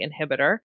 inhibitor